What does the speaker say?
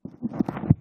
תודה.